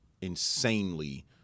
insanely